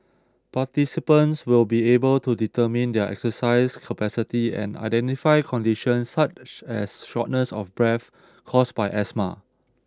participants will be able to determine their exercise capacity and identify conditions such as shortness of breath caused by asthma